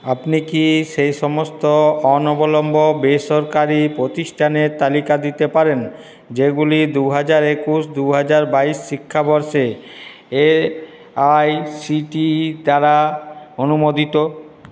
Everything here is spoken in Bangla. আপনি কি সে সমস্ত অনবলম্ব বেসরকারি প্রতিষ্ঠানের তালিকা দিতে পারেন যেগুলি দুহাজার একুশ দুহাজার বাইশ শিক্ষাবর্ষে এআইসিটিই দ্বারা অনুমোদিত